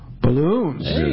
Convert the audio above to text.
Balloons